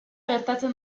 gertatzen